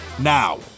now